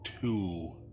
two